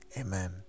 amen